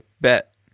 bet